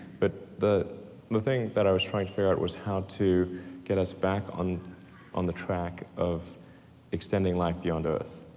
but the the thing that i was trying to figure out was how to get us back on on the track of extending life beyond earth.